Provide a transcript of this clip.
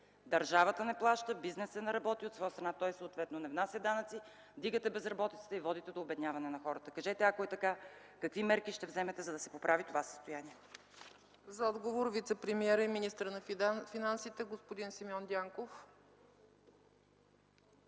държавата не плаща, бизнесът не работи, от своя страна той съответно не внася данъци, вдигате безработицата и водите до обедняване на хората. Кажете, ако е така, какви мерки ще вземете, за да се поправи това състояние? ПРЕДСЕДАТЕЛ ЦЕЦКА ЦАЧЕВА: За отговор вицепремиерът и министър на финансите господин Симеон Дянков.